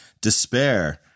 despair